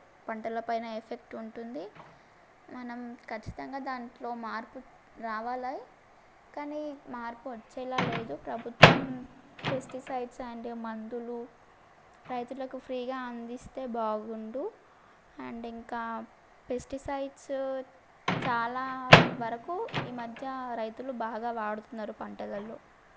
పంటల పైన ఎఫెక్ట్ ఉంటుంది మనం ఖచ్చితంగా దాంట్లో మార్పు రావాలి కానీ మార్పు వచ్చేలా లేదు ప్రభుత్వం పెస్టిసైడ్స్ అండ్ మందులు రైతులకు ఫ్రీగా అందిస్తే బాగుండు అండ్ ఇంకా పెస్టిసైడ్స్ చాలా వరకు ఈ మధ్య రైతులు బాగా వాడుతున్నారు పంటలలో